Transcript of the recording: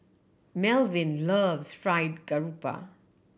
Melvin loves Fried Garoupa